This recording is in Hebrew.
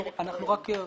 אנחנו בודקים